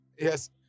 Yes